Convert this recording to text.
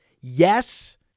Yes